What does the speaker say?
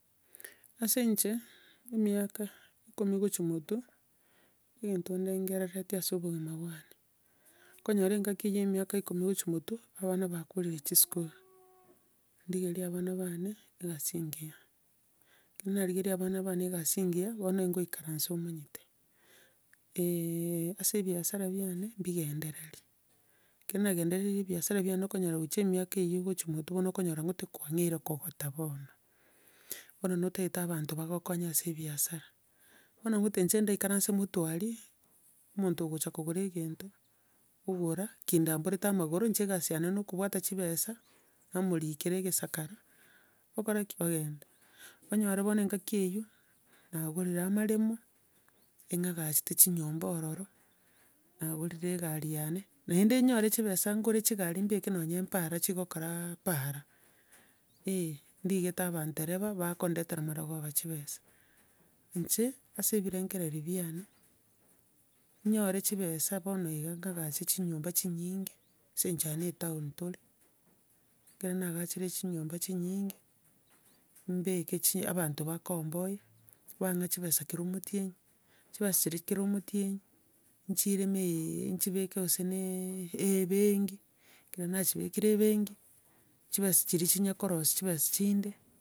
Ase inche, emiaka ikomi gochia motwe, egento ndegereretia ase obogima bwane, nkonyora engaki ya emiaka ikomi gochia motwe, obana bakorire chisukuru. Ndigerie abana bane, egasi engiya, ekero narigirie abana bane egasi engiya, bono engoinkaransa omanyete, ase ebiasara biane, bigendereria, ekero nagendereire ebiasara biane okonyora gochia emiaka eyio gochia motwe bono okonyora ngote kwang'eire kogota bono. Bono notagete abanto bagokonye ase ebiasara, bono ngote inche ndaikaranse motwe aria, omonto ogocha kogora egento, ogora, kindamborete amagoro, inche egasi yane na okobwata chibesa, namorikera egesakara, okora ki? Ogenda onyore bono engaki eyio, nagorire amaremo, eng'agachete chinyomba ororo, nagorire egari yane, naende ninyore chibesa ngore chigari mbeke nonya para chigokoraa para, eh, ndigete abandereba bagondetera marogoba chibesa. Inche ase ebirengererio biane, ninyore chibesa bono iga ng'aagache chinyomba chinyinge, ase engencho aiga na etaoni tore, ekero naagachire chinyomba chinyinge, mbeke chi- abanto bakomboe, bang'aa chibesa kera omotienyi, chibesa chiria kera omotienye, nchire na nchibeke gose na ebenki, ekero nachibekire ebenki, chibesa chiria chinya korosia chibesa chinde.